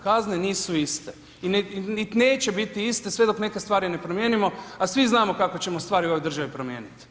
Kazne nisu iste niti neće biti sve dok neke stvari ne promijenimo, a svi znamo kako ćemo stvari u ovoj državi promijeniti.